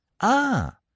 Ah